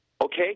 okay